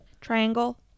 Triangle